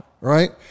right